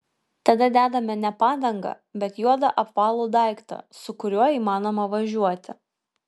tada dedame ne padangą bet juodą apvalų daiktą su kuriuo įmanoma važiuoti